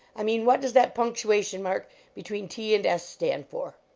i mean, what does that punctuation mark between t and s stand for?